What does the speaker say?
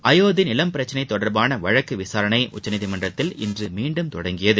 அயோத்தி நிலம் பிரச்சினை தொடர்பான வழக்கு விசாரணை உச்சநீதிமன்றத்தில் இன்று மீண்டும் தொடங்கியது